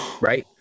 right